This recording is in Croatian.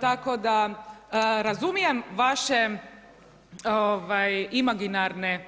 Tako da razumijem vaše imaginarne